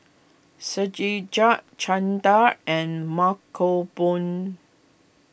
Satyajit Chanda and Mankombu